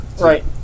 Right